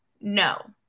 no